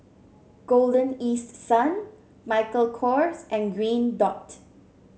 Golden East Sun Michael Kors and Green Dot